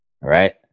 right